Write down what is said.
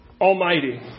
Almighty